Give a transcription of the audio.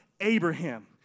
Abraham